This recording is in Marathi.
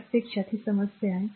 तर प्रत्यक्षात ही समस्या आहे